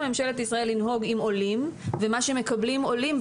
ממשלת ישראל לנהוג עם עולים ומה שמקבלים עולים,